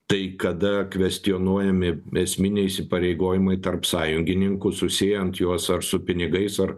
tai kada kvestionuojami esminiai įsipareigojimai tarp sąjungininkų susiejant juos ar su pinigais ar